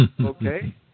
Okay